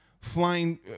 flying